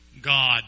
God